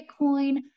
Bitcoin